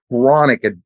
chronic